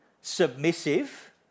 submissive